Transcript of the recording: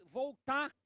voltar